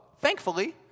thankfully